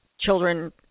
children